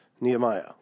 Nehemiah